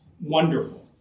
wonderful